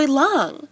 long